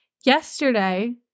yesterday